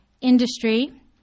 industry